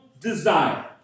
desire